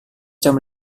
jam